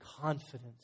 confidence